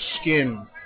skin